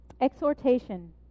Exhortation